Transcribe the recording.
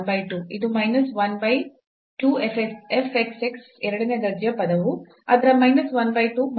ಇದು minus 1 by 2 f x x ಎರಡನೇ ದರ್ಜೆಯ ಪದವು ಅದರ minus 1 by 2 ಮತ್ತು ಹೀಗೆ